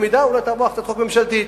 כי אולי תעבור הצעת חוק ממשלתית.